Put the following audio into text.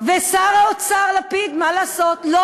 ושר האוצר לפיד, מה לעשות, הם דווקא תומכים.